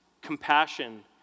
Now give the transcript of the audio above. Compassion